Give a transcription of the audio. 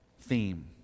theme